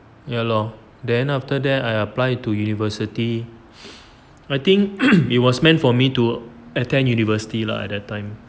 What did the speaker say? ya lor then after that I apply to university I think it was meant for me to attend university lah at that time